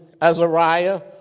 Azariah